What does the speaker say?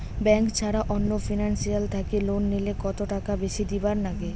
Bank ছাড়া অন্য financial থাকি লোন নিলে কতটাকা বেশি দিবার নাগে?